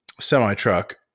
semi-truck